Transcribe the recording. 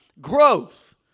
Growth